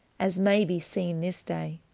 as may be seene this day.